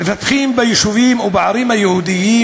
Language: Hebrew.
מפתחים ביישובים היהודיים